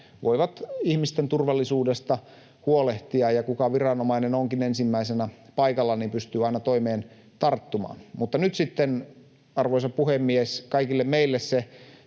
voivat ihmisten turvallisuudesta huolehtia, ja mikä viranomainen onkin ensimmäisenä paikalla, se pystyy aina toimeen tarttumaan. Mutta nyt sitten, arvoisa puhemies, on kaikille meille se